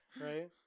Right